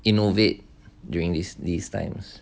innovate during these these times